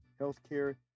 healthcare